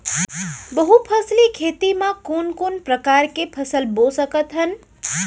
बहुफसली खेती मा कोन कोन प्रकार के फसल बो सकत हन?